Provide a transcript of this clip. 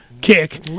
kick